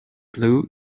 blue